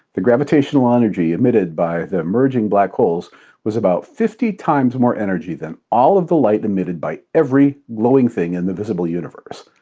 the gravitational energy emitted by the merging black holes was about fifty times more energy than all of the light emitted by every glowing thing in the universe.